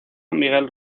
miguel